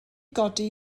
godi